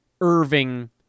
Irving